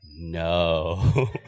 no